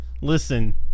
Listen